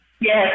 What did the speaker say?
Yes